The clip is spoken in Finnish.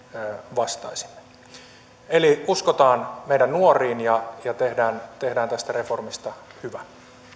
vastaisimme uskotaan meidän nuoriin ja tehdään tästä reformista hyvä